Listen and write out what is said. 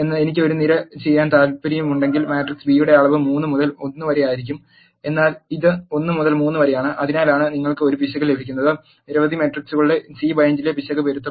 എനിക്ക് ഒരു നിര ചെയ്യാൻ താൽപ്പര്യമുണ്ടെങ്കിൽ മാട്രിക്സ് ബി യുടെ അളവ് 3 മുതൽ 1 വരെ ആയിരിക്കും എന്നാൽ ഇത് 1 മുതൽ 3 വരെയാണ് അതിനാലാണ് നിങ്ങൾക്ക് ഒരു പിശക് ലഭിക്കുന്നത് നിരവധി മെട്രിക്സുകളുടെ സി ബൈൻഡിലെ പിശക് പൊരുത്തപ്പെടണം